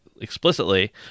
explicitly